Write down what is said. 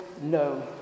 No